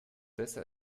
besser